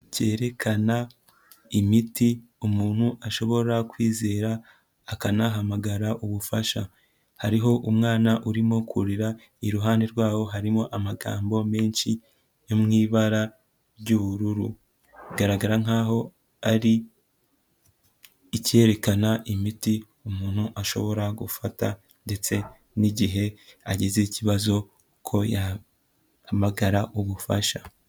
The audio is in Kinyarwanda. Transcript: Cyerekana imiti umuntu ashobora kwizera akanahamagara ubufasha, hariho umwana urimo kurira, iruhande rwaho harimo amagambo menshi yo mu ibara ry'ubururu, bigaragara nkaho ari icyerekana imiti umuntu ashobora gufata ndetse n'igihe agize ikibazo ko yahamagara ubufasha.